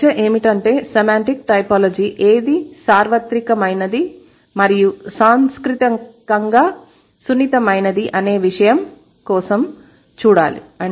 చర్చ ఏమిటంటే semantic typology ఏది సార్వత్రికమైనది మరియు సాంస్కృతికంగా సున్నితమైనది అనే విషయం కోసం చూడాలి